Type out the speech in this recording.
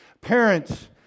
parents